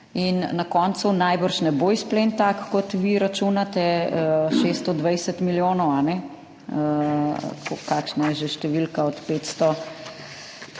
Na koncu najbrž ne bo izplen tak, kot vi računate, 620 milijonov – kakšna je že številka? – od 590